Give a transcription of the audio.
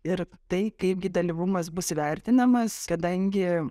ir tai kaipgi dalyvumas bus įvertinamas kadangi